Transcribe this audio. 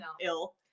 ill